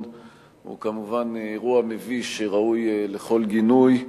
היא כמובן אירוע מביש שראוי לכל גינוי,